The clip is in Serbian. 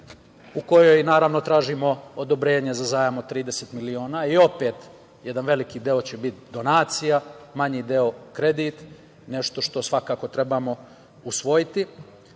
u kojoj tražimo odobrenje za zajam od 30 miliona. Opet jedan veliki deo će biti donacije, manji deo kredit, nešto što svakako trebamo usvojiti,